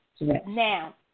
Now